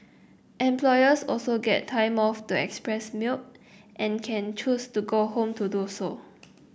employees also get time off to express milk and can choose to go home to do so